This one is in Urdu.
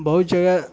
بہت جگہ